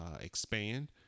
expand